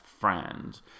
friend